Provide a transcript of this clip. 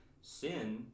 sin